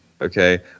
okay